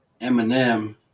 Eminem